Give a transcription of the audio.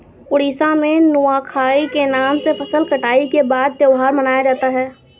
उड़ीसा में नुआखाई के नाम से फसल कटाई के बाद त्योहार मनाया जाता है